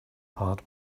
part